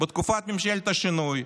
בתקופת ממשלת השינוי,